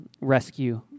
rescue